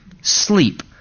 sleep